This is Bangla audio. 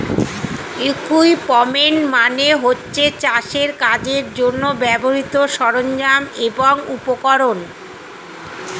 ইকুইপমেন্ট মানে হচ্ছে চাষের কাজের জন্যে ব্যবহৃত সরঞ্জাম এবং উপকরণ